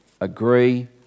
agree